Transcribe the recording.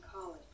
college